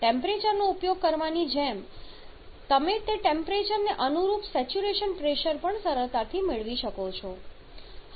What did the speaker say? ટેમ્પરેચરનો ઉપયોગ કરવાની જેમ તમે તે ટેમ્પરેચરને અનુરૂપ સેચ્યુરેશન પ્રેશર સરળતાથી મેળવી શકો છો